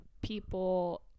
people